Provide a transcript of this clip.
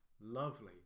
lovely